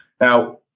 Now